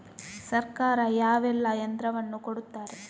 ಸರ್ಕಾರ ಯಾವೆಲ್ಲಾ ಯಂತ್ರವನ್ನು ಕೊಡುತ್ತಾರೆ?